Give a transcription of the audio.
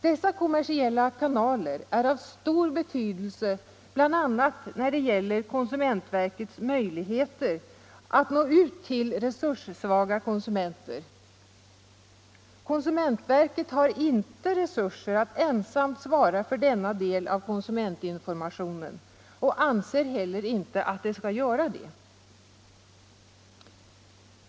Dess kommersiella kanaler är av stor betydelse, bl.a. när det gäller konsumentverkets möjligheter att nå ut till resurssvaga konsumenter. Konsumentverket har inte resurser att ensamt svara för denna del av konsumentinformationen och anser inte heller att det skall göra det.